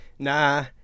Nah